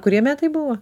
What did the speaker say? kurie metai buvo